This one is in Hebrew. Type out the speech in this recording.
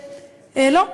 לא,